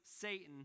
Satan